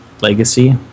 legacy